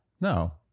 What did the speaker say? No